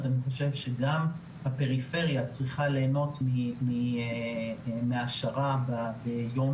גם הפריפריה צריכה ליהנות מהעשרה ביום